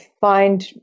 find